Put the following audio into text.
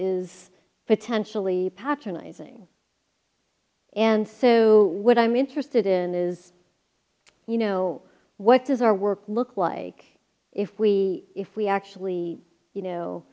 is potentially patronize ing and so what i'm interested in is you know what does our work look like if we if we actually you know